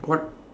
what